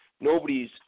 nobody's